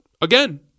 Again